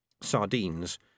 Sardines